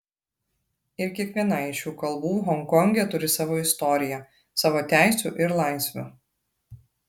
ir kiekviena iš šių kalbų honkonge turi savo istoriją savo teisių ir laisvių